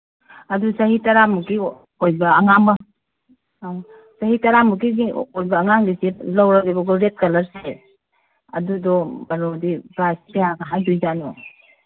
ꯑꯗꯨ ꯆꯍꯤ ꯇꯔꯥꯃꯨꯛꯀꯤ ꯑꯣꯏꯕ ꯑꯉꯥꯡꯕ ꯑꯥ ꯆꯍꯤ ꯇꯔꯥꯃꯨꯛꯀꯤꯁꯦ ꯑꯣꯏꯕ ꯑꯉꯥꯡꯒꯤꯁꯦ ꯂꯧꯔꯒꯦꯀꯣ ꯔꯦꯠ ꯀꯂꯔꯁꯦ ꯑꯗꯨꯗꯣ ꯀꯩꯅꯣꯗꯤ ꯄ꯭ꯔꯥꯏꯁꯇꯤ ꯀꯌꯥꯒ ꯍꯥꯏꯗꯣꯏꯖꯥꯠꯅꯣ